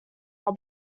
our